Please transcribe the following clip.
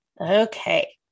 Okay